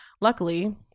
Luckily